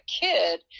kid